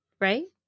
right